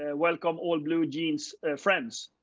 ah welcome all blue jeans friends.